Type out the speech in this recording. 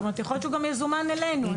יכול להיות שהוא גם יזומן אלינו.